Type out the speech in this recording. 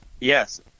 yes